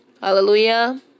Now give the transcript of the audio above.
Hallelujah